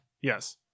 Yes